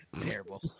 terrible